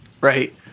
Right